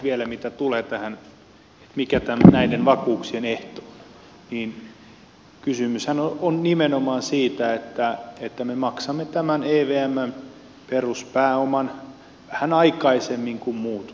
vielä mitä tulee tähän mikä näiden vakuuksien ehto on niin kysymyshän on nimenomaan siitä että me maksamme tämän evmn peruspääoman vähän aikaisemmin kuin muut maat